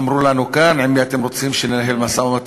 אמרו לנו כאן: עם מי אתם רוצים שננהל משא-ומתן,